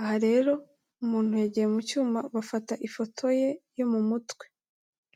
aha rero umuntu yagiye mu cyuma bafata ifoto ye yo mu mutwe.